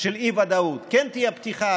כן תהיה פתיחה,